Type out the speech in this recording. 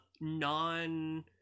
non